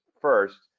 first